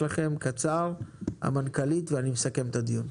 לאחר מכן תדבר המנכ"לית ואז אסכם את הדיון.